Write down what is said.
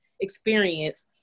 experience